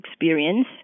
experience